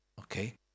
Okay